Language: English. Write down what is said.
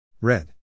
Red